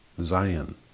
Zion